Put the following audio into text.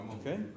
Okay